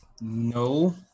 No